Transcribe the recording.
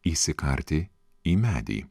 įsikarti į medį